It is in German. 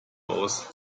aus